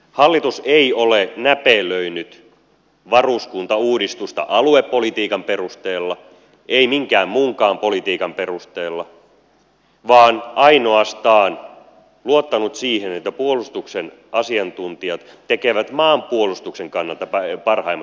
hallitus ei ole näpelöinyt varuskuntauudistusta aluepolitiikan perusteella ei minkään muunkaan politiikan perusteella vaan ainoastaan luottanut siihen että puolustuksen asiantuntijat tekevät maanpuolustuksen kannalta parhaimmat ratkaisut